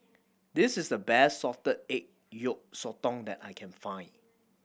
this is the best salted egg yolk sotong that I can find